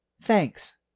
Thanks